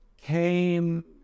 came